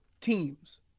teams